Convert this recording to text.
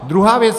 Druhá věc.